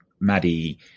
Maddie